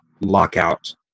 lockout